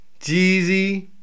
Jeezy